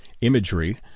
imagery